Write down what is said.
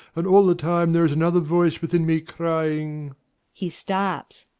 and all the time there is another voice within me crying he stops.